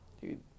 dude